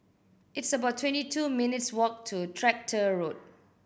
it's about twenty two minutes' walk to Tractor Road